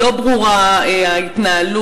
לא ברורה ההתנהלות.